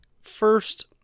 first –